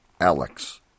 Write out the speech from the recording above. Alex